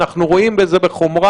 אנחנו רואים את זה בחומרה.